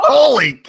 Holy